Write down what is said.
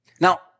Now